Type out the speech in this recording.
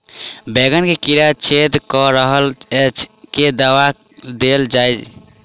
बैंगन मे कीड़ा छेद कऽ रहल एछ केँ दवा देल जाएँ?